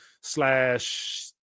slash